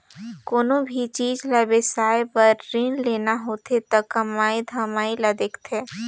कोनो भी चीच ल बिसाए बर रीन लेना होथे त कमई धमई ल देखथें